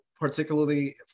particularly